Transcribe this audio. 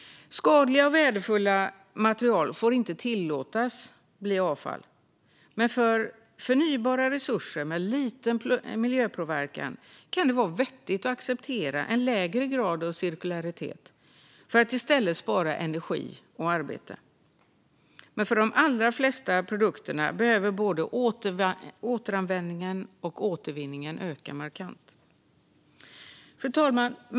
Skadliga och värdefulla material får inte tillåtas bli avfall. Men för förnybara resurser med liten miljöpåverkan kan det vara vettigt att acceptera en lägre grad av cirkularitet för att i stället spara energi och arbete. Men för de allra flesta produkterna behöver både återanvändningen och återvinningen öka markant. Fru talman!